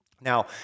Now